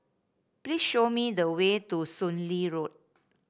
please show me the way to Soon Lee Road